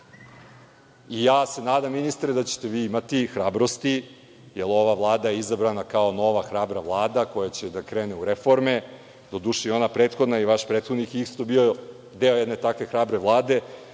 se nadam, ministre, da ćete vi imati hrabrosti, jer ova Vlada je izabrana kao nova, hrabra Vlada koja će da krene u reforme, doduše, i ona prethodna, i vaš prethodnik je isto bio deo jedne takve hrabre Vlade